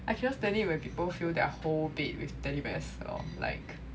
I cannot stand it when people fill their whole bed with teddy bears lor like